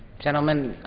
gentleman